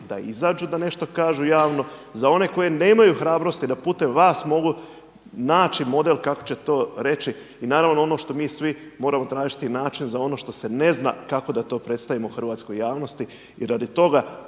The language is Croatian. da izađu da nešto kažu javno, za one koji nemaju hrabrosti da putem vas mogu naći model kako će to reći i naravno ono što mi svi moramo tražiti način za ono što se ne zna kako da to predstavimo hrvatskoj javnosti